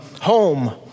home